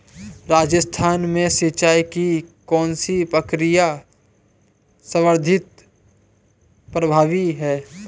राजस्थान में सिंचाई की कौनसी प्रक्रिया सर्वाधिक प्रभावी है?